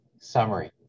summary